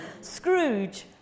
Scrooge